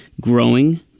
growing